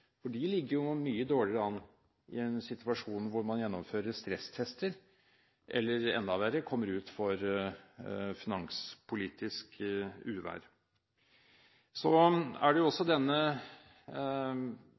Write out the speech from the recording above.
for de ligger jo mye dårligere an i en situasjon hvor man gjennomfører stresstester eller – enda verre – kommer ut for finanspolitisk uvær. Så er det jo også